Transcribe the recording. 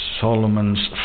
Solomon's